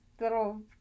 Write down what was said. little